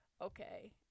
okay